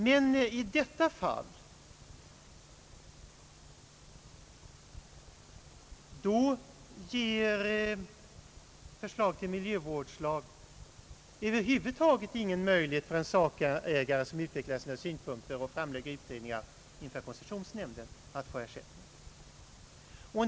Men i detta fall lämnas i förslaget till miljövårdslag över huvud taget ingen möjlighet för en sakägare som vill utveckla sina synpunkter och framlägga utredningar inför koncessionsnämnden att få sina kostnader därför täckta.